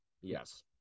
Yes